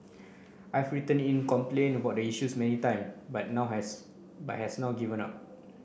I've written in to complain about the issues many times but not has but has now given up